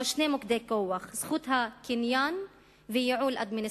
או שני מוקדי כוח: זכות הקניין וייעול אדמיניסטרטיבי.